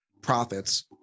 profits